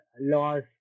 laws